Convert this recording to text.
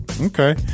Okay